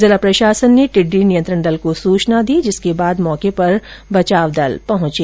जिला प्रशासन ने टिड्डी नियंत्रण दल को सूचना दी जिसके बाद मौके पर बचाव दल पहुंचे